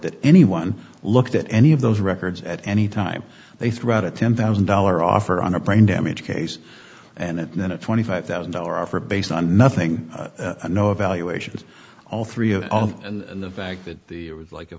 that anyone looked at any of those records at any time they threw out a ten thousand dollar offer on a brain damage case and then a twenty five thousand dollars offer based on nothing no evaluations all three of of and the fact that the it was like a